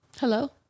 hello